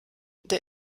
der